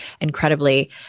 incredibly